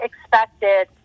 expected